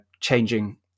changing